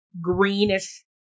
greenish